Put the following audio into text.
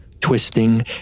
twisting